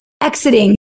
exiting